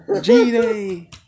G-Day